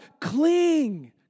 cling